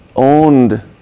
Owned